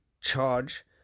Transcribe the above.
charge